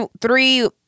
three